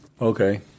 Okay